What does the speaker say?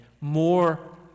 more